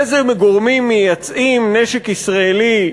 איזה גורמים מייצאים נשק ישראלי?